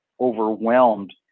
overwhelmed